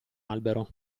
albero